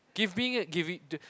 giving it give it